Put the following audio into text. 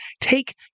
take